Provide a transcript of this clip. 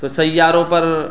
تو سیاروں پر